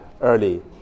early